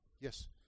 Yes